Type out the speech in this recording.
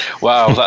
Wow